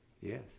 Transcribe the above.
yes